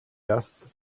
erst